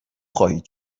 خواهید